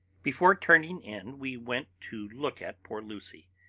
before turning in we went to look at poor lucy.